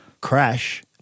crash